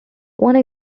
one